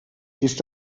ist